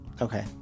Okay